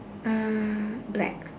mm black